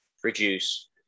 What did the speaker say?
produce